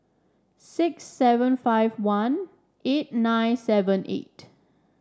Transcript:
six seven five one eight nine seven eight